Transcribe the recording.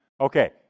Okay